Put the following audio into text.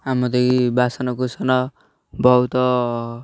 ଆମ ଦେଇକି ବାସନକୁୁସନ ବହୁତ